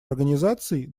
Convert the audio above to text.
организаций